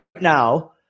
now